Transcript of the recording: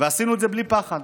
ועשינו את זה בלי פחד.